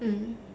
mm